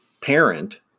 parent